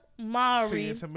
Maury